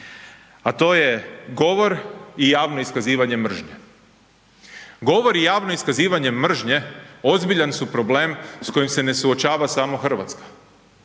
a to je govor i javno iskazivanje mržnje. Govor i javno iskazivanje mržnje ozbiljan su problem s kojim se ne suočava samo RH,